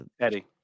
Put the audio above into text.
eddie